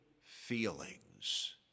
feelings